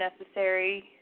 necessary